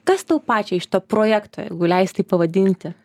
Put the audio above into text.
kas tau pačiai šito projekto jeigu leisi tai pavadinti